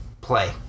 play